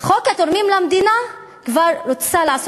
חוק התורמים למדינה כבר רוצה לעשות